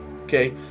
Okay